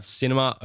cinema